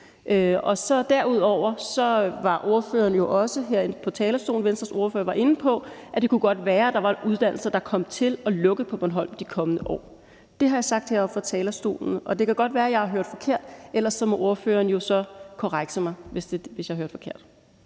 Derudover var Venstres ordfører jo også her på talerstolen inde på, at det godt kunne være, at der var uddannelser, der kom til at lukke på Bornholm i de kommende år. Det har jeg sagt her oppe fra talerstolen at jeg hørte. Det kan godt være, at jeg har hørt forkert. Ordføreren må så korrekse mig, hvis jeg har hørt forkert.